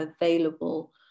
available